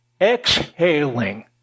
exhaling